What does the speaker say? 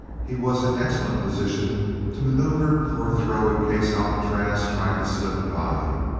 he was in excellent position to maneuver for a throw in case alcatraz tried to slip by.